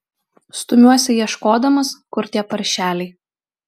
stumiuosi ieškodamas kur tie paršeliai